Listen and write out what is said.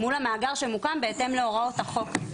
מול המאגר שמוקם בהתאם להוראות החוק.